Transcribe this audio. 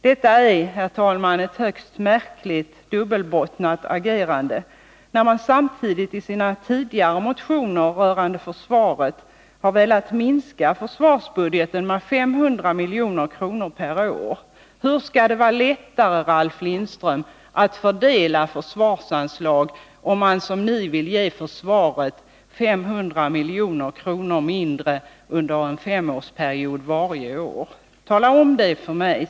Detta är, herr talman, ett högst märkligt och dubbelbottnat agerande, när man samtidigt i sina tidigare motioner rörande försvaret har velat minska försvarsbudgeten med 500 milj.kr. per år. Hur tror Ralf Lindström att det skall kunna vara lättare att fördela försvarsanslag, om man vill ge försvaret 500 milj.kr. mindre varje år under en femårsperiod? Tala om det för mig!